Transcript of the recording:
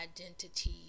identity